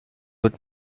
with